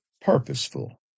purposeful